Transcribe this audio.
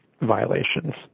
violations